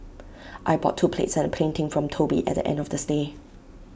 I bought two plates and A painting from Toby at the end of the stay